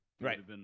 Right